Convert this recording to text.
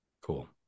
Cool